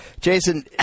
Jason